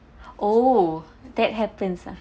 oh that happens ah